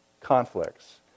conflicts